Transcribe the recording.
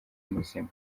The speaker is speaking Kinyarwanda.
muzima